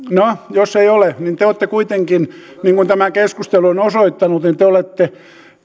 jos ette ole niin te olette kuitenkin niin kuin tämä keskustelu on osoittanut